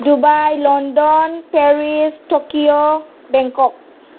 Dubai London Paris Tokyo Bangkok